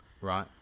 Right